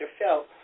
felt